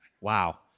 Wow